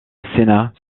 sénat